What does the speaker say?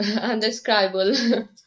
undescribable